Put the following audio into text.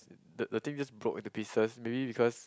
the thing just broke into pieces maybe because